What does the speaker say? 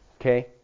Okay